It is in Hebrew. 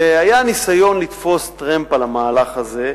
שהיה ניסיון לתפוס טרמפ על המהלך הזה,